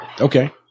Okay